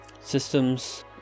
systems